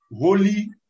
holy